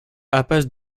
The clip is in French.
impasse